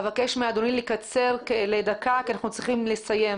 אבקש מאדוני לקצר לדקה, כי אנחנו צריכים לסיים.